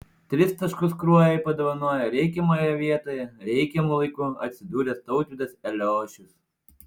tris taškus kruojai padovanojo reikiamoje vietoje reikiamu laiku atsidūręs tautvydas eliošius